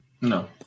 no